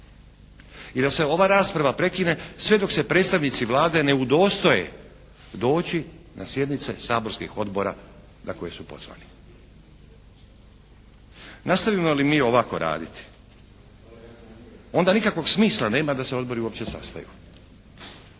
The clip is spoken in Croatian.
i da se ova rasprava prekine sve dok se predstavnici Vlade ne udostoje doći na sjednice saborskih odbora na koje su pozvani. Nastavimo li mi ovako raditi onda nikakvog smisla nema da se odbori uopće sastaju.